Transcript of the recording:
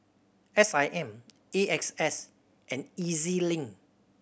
S I M A X S and E Z Link